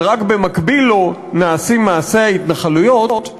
ורק במקביל לו נעשים מעשי ההתנחלויות,